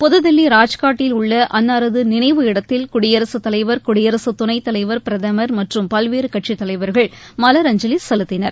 புதுதில்லி ராஜ்காட்டில் உள்ள அன்னாரது நினைவு இடத்தில் குடியரசுத் தலைவர் குடியரசுத் துணை தலைவர் பிரதமர் மற்றும் பல்வேறு கட்சித் தலைவர்கள் மலர் அஞ்சலி செலுத்தினர்